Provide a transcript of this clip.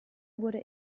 wurde